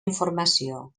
informació